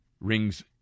Ring's